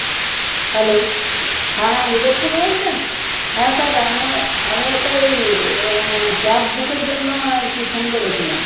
hello হ্যাঁ হ্যাঁ Uber থেকে বলছেন হ্যাঁ স্যার আমার আমি একটা এই ও ক্যাব বুকের জন্য আর কি ফোন করেছিলাম